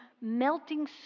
melting